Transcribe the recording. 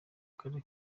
karere